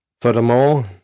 Furthermore